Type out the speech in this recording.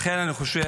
לכן אני חושב